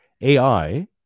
AI